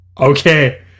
okay